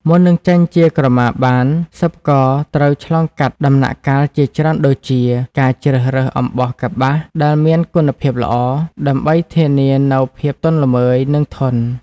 មុននឹងចេញជាក្រមាបាន សិប្បករត្រូវឆ្លងកាត់ដំណាក់កាលជាច្រើនដូចជា ការជ្រើសរើសអំបោះកប្បាស ដែលមានគុណភាពល្អ ដើម្បីធានានូវភាពទន់ល្មើយ និងធន់។